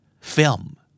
Film